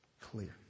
clear